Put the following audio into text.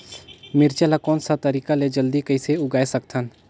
मिरचा ला कोन सा तरीका ले जल्दी कइसे उगाय सकथन?